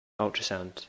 ultrasound